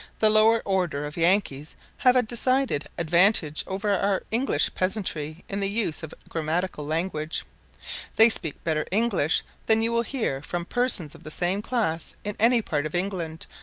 the lower order of yankees have a decided advantage over our english peasantry in the use of grammatical language they speak better english than you will hear from persons of the same class in any part of england,